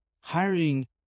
hiring